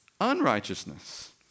unrighteousness